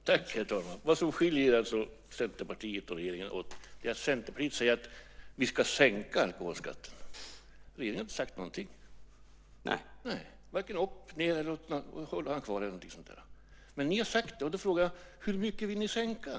Herr talman! Vad som skiljer Centerpartiet och regeringen åt är att Centerpartiet säger att vi ska sänka alkoholskatten. Regeringen har inte sagt någonting, varken upp eller ned. Ni har sagt det. Därför frågar jag: Hur mycket vill ni sänka?